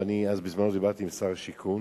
בזמנו דיברתי עם שר השיכון,